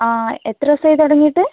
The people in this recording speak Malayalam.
ആ എത്ര ദിവസമായി തുടങ്ങിയിട്ട്